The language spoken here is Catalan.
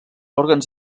òrgans